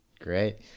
Great